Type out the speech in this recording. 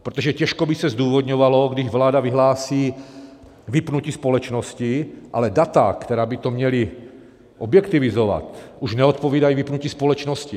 Protože těžko by se zdůvodňovalo, když vláda vyhlásí vypnutí společnosti, ale data, která by to měla objektivizovat, už neodpovídají vypnutí společnosti.